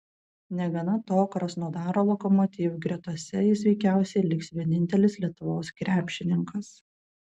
negana to krasnodaro lokomotiv gretose jis veikiausiai liks vienintelis lietuvos krepšininkas